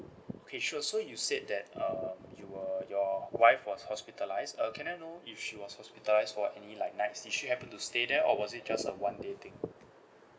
okay sure so you said that uh you were your wife was hospitalised uh can I know if she was hospitalised for like any like nights did she happened to stay there or was it just a one day thing